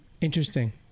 Interesting